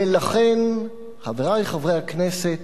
ולכן, חברי חברי הכנסת,